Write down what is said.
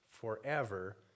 forever